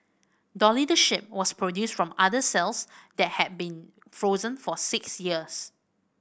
Dolly the sheep was produced from udder cells that had been frozen for six years